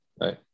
right